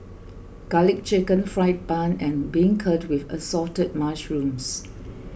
Garlic Chicken Fried Bun and Beancurd with Assorted Mushrooms